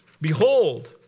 Behold